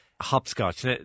Hopscotch